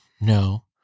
No